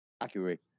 accurate